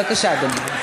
בבקשה, אדוני.